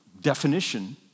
definition